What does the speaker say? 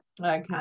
Okay